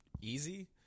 easy